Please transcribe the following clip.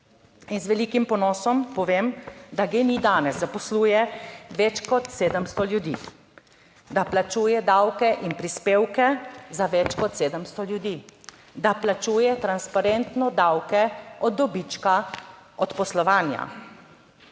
In z velikim ponosom povem, da GEN-I danes zaposluje več kot 700 ljudi, da plačuje davke in prispevke za več kot 700 ljudi, da plačuje transparentno davke od dobička od poslovanja,